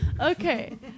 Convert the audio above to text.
Okay